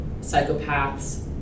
psychopaths